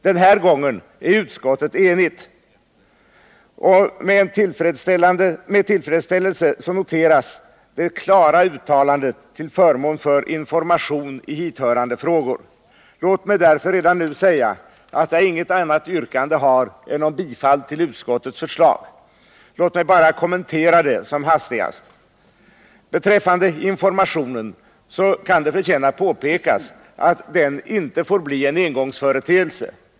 Den här gången är utskottet enigt, och med tillfredsställelse noteras dess klara uttalande till förmån för information i hithörande frågor. Jag vill därför redan nu säga att jag inget annat yrkande har än om bifall till utskottets förslag. Låt mig bara kommentera det som hastigast. Beträffande informationen kan det förtjäna påpekas att denna inte får blir en engångsföreteelse.